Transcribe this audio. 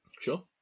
Sure